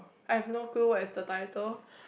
I have no clue what is the title